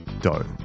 dough